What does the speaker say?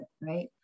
right